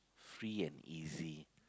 free and easy